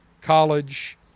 college